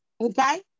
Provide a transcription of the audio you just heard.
Okay